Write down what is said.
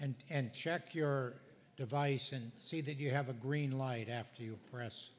and and check your device and see that you have a green light after you press